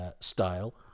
style